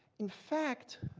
in fact,